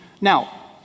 Now